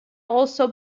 also